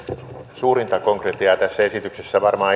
suurinta konkretiaa tässä esityksessä varmaan